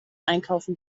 einkaufen